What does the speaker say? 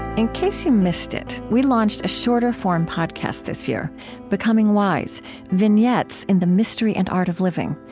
in case you missed it, we launched a shorter form podcast this year becoming wise vignettes in the mystery and art of living.